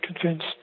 convinced